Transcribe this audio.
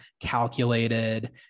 calculated